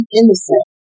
innocent